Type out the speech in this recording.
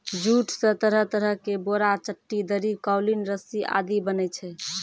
jute स तरह तरह के बोरा, चट्टी, दरी, कालीन, रस्सी आदि बनै छै